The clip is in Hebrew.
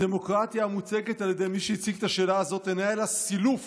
הדמוקרטיה המוצגת על ידי מי שהציג את השאלה הזו אינה אלא סילוף